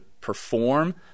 perform –